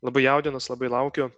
labai jaudinuos labai laukiu